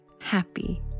happy